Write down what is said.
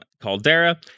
Caldera